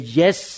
yes